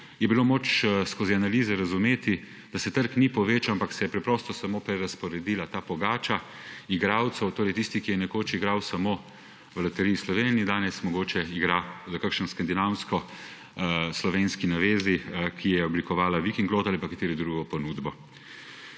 je bilo moč skozi analize razumeti, da se trg ni povečal, ampak se je preprosto samo prerazporedila pogača igralcev. Torej tisti, ki je nekoč igral samo v Loteriji Slovenije, danes mogoče igra v kakšni skandinavsko-slovenski navezi, ki je oblikovala Vikinglotto ali katero drugo ponudbo.